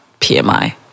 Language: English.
PMI